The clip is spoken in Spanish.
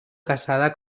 casada